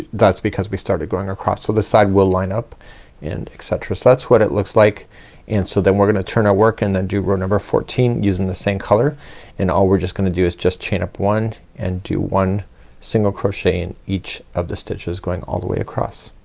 that's because we started going across so this side will line up and et cetera. so that's what it looks like and so then we're gonna turn our work in then do row number fourteen using the same color and all we're just gonna do is just chain up one and do one single crochet in each of the stitches going all the way across.